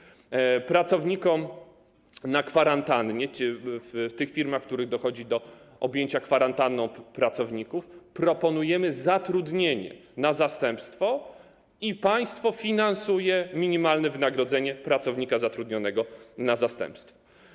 Jeśli chodzi o pracowników odbywających kwarantannę, w tych firmach, w których dochodzi do objęcia kwarantanną pracowników, proponujemy zatrudnienie na zastępstwo i państwo finansuje minimalne wynagrodzenie pracownika zatrudnionego na zastępstwo.